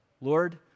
Lord